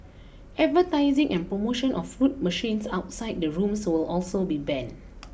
advertising and promotion of fruit machines outside the rooms will also be banned